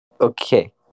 Okay